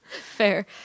Fair